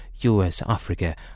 U.S.-Africa